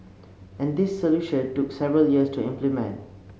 and this solution took several years to implement